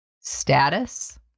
status